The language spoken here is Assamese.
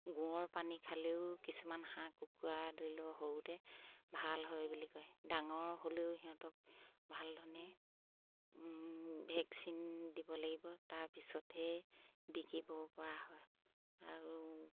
গুড়ৰ পানী খালেও কিছুমান হাঁহ কুকুৰা ধৰি লওক সৰুতে ভাল হয় বুলি কয় ডাঙৰ হ'লেও সিহঁতক ভাল ধৰণে ভেকচিন দিব লাগিব তাৰপিছতহে বিকিব পৰা হয় আৰু